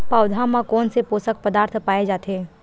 पौधा मा कोन से पोषक पदार्थ पाए जाथे?